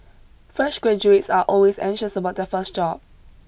fresh graduates are always anxious about their first job